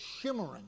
shimmering